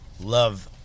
love